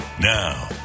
Now